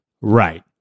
Right